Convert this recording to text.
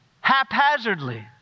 haphazardly